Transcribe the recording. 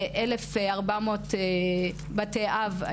ש- 1,400 בתי אב,